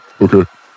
Okay